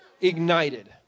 ignited